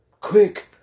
Quick